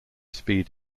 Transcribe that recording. speed